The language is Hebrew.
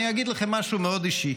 אני אגיד לכם משהו מאוד אישי.